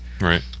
Right